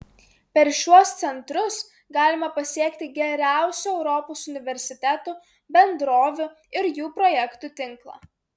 per šiuos centrus galima pasiekti geriausių europos universitetų bendrovių ir jų projektų tinklą